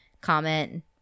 comment